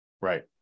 Right